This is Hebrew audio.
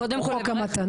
קודם חוק המתנות.